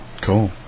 Cool